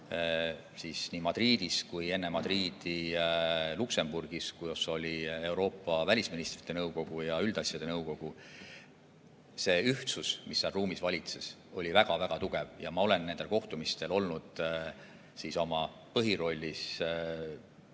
olnud nii Madridis kui ka enne seda Luksemburgis, kus oli Euroopa välisministrite nõukogu ja üldasjade nõukogu, et see ühtsus, mis seal ruumis valitses, oli väga-väga tugev. Ma olen nendel kohtumistel olnud oma põhirollis üle